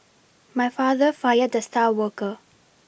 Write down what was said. my father fired the star worker